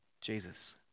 Jesus